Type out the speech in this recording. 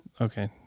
Okay